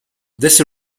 this